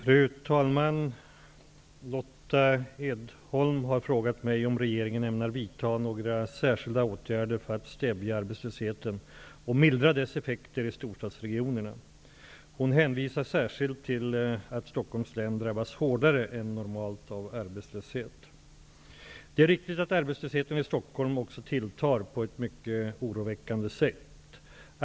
Fru talman! Lotta Edholm har frågat mig om regeringen ämnar vidta några särskilda åtgärder för att stävja arbetslösheten och mildra dess effekter i storstadsregionerna. Hon hänvisar särskilt till att Stockholms län drabbats hårdare än normalt av arbetslöshet. Det är riktigt att arbetslösheten i Stockholm också tilltar på ett mycket oroväckande sätt.